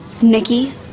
Nikki